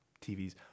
TVs